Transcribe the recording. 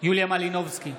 יוליה מלינובסקי,